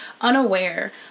Unaware